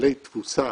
בעלי תפוסה